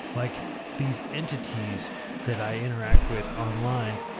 like these entities that i interact with online,